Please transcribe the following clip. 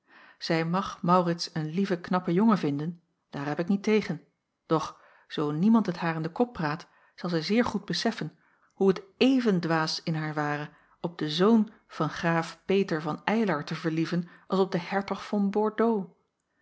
zij mag maurits een lieven knappen jongen vinden daar heb ik niet tegen doch zoo niemand het haar in den kop praat zal zij zeer goed beseffen hoe het even dwaas in haar ware op den zoon van graaf peter van eylar te verlieven als op den hertog van bordeaux